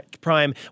Prime